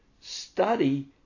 study